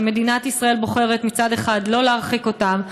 שמדינת ישראל בוחרת מצד אחד לא להרחיק אותם,